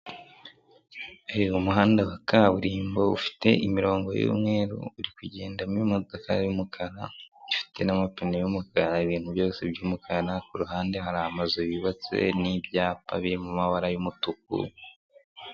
Hariba umuhanda wa kaburimbo ufite imirongo y'umweru uri kugendamo imodoka y'umukara ifite n'amapine y'umukara ibintu byose by'umukara kuruhande hari amazu yubatswe n'ibyapa biri mu mabara y'umutuku.